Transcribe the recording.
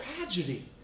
tragedy